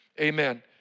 Amen